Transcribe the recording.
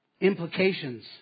implications